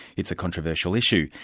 it's a controversial issue,